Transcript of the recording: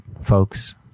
folks